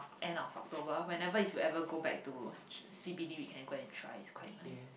end of October whenever if you ever go back to C_B_D we can go and try it's quite nice